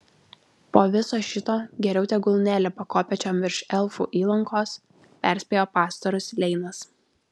po viso šito geriau tegul nelipa kopėčiom virš elfų įlankos perspėjo pastorius leinas